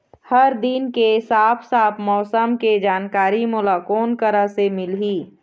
हर दिन के साफ साफ मौसम के जानकारी मोला कोन करा से मिलही?